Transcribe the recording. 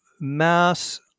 mass